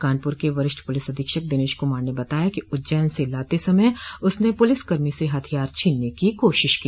कानपुर के वरिष्ठ पुलिस अधीक्षक दिनेश कमार ने बताया कि उज्जैन से लाते समय उसने पुलिसकर्मी से हथियार छीनने की कोशिश की